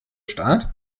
staat